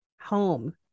home